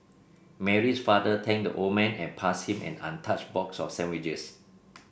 Mary's father thanked the old man and passed him an untouched box of sandwiches